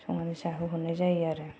संनानै जाहोहरनाय जायो आरो